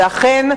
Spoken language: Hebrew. ואכן,